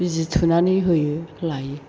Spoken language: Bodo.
बिजि थुनानै होयो लायो